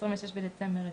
(26 בדצמבר 2020)"